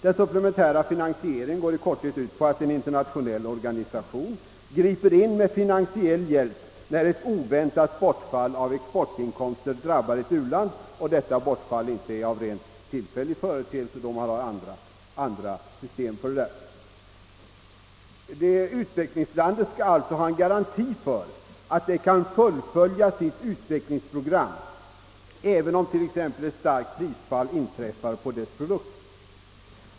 Den supplementära finansieringen går i korthet ut på att en internationell organisation griper in med finansiell hjälp, när ett oväntat bortfall av exportinkomster drabbar ett u-land och detta bortfall inte är en rent tillfällig företeelse, då man har andra system att använda. Utvecklingslandet skall ha garanti för att det kan fullfölja sitt utvecklingsprogram, även om t.ex. ett starkt prisfall inträffar på dess produkter.